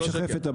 לא שקר,